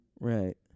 Right